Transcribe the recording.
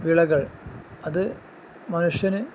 വിളകൾ അത് മനുഷ്യന്